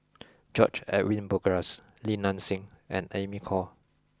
George Edwin Bogaars Li Nanxing and Amy Khor